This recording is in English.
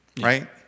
Right